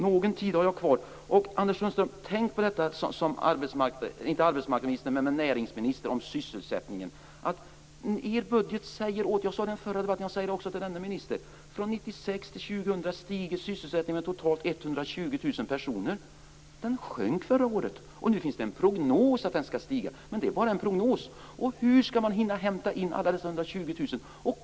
Någon taletid har jag ännu kvar. Tänk som näringsminister, Anders Sundström, på detta med sysselsättningen. Jag sade i den förra debatten och jag säger det även till denna minister. 1996-2000 skall sysselsättningen stiga med totalt 120 000 personer. Den sjönk förra året och nu finns det en prognos om att det skall stiga. Men det är bara en prognos. Hur skall man hinna hämta in dessa 120 000?